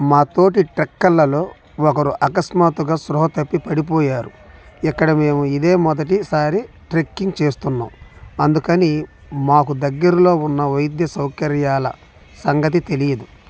మా తోటి ట్రెక్కర్లలో ఒకరు అకస్మాత్తుగా స్పృహ తప్పి పడిపోయారు ఇక్కడ మేము ఇదే మొదటి సారి ట్రెక్కింగ్ చేస్తున్నాం అందుకని మాకు దగ్గరలో ఉన్న వైద్య సౌకర్యాల సంగతి తెలీదు